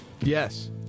Yes